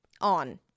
on